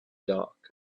dark